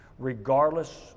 regardless